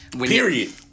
Period